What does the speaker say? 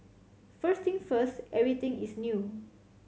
first thing first everything is new